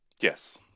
Yes